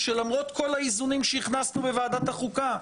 למרות כל האיזונים שהכנסנו בוועדת החוקה,